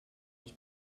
les